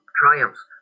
triumphs